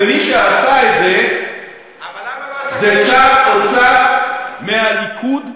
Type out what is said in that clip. ומי שעשה את זה הוא שר אוצר מהליכוד,